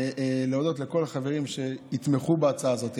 להודות לכל החברים שיתמכו בהצעה הזאת,